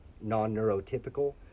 non-neurotypical